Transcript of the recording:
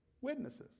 witnesses